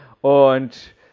Und